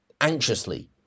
anxiously